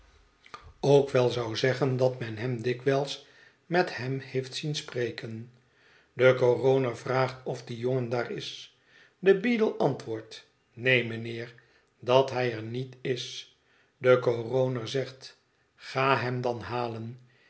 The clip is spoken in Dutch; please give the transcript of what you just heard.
wel zou zeggen dat men hem dikwijls met hem heeft zien spreken de coroner vraagt of die jongen daar is de b e ad ie antwoordt neen mijnheer dat hij er niet is de coroner zegt ga hem dan halen